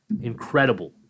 incredible